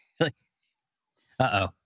uh-oh